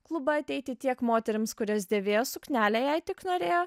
klubą ateiti tiek moterims kurios dėvėjo suknelę jei tik norėjo